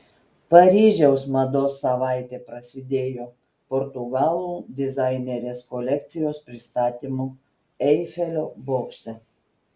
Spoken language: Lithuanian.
paryžiaus mados savaitė prasidėjo portugalų dizainerės kolekcijos pristatymu eifelio bokšte